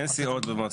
אין סיעות.